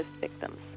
victims